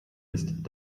ist